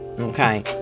Okay